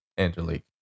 Angelique